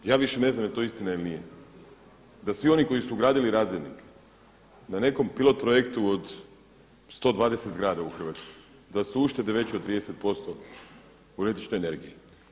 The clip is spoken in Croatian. Ja više ne znam da li je to istina ili nije, da svi oni koji su ugradili razdjelnik na nekom pilot projektu od 120 zgrada u Hrvatskoj, da su uštede već od 30% u električnoj energiji.